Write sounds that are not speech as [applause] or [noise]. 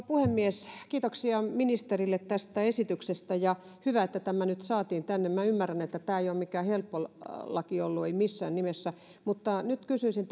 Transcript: [unintelligible] puhemies kiitoksia ministerille tästä esityksestä ja hyvä että tämä nyt saatiin tänne minä ymmärrän että tämä ei ole mikään helppo laki ollut ei missään nimessä mutta nyt kysyisin [unintelligible]